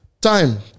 time